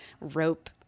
rope